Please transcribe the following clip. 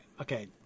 okay